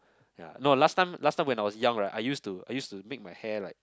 ya no last time last time when I was young right I used to I used to make my hair like